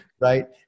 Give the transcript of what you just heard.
right